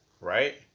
Right